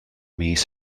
mis